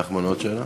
נחמן, עוד שאלה?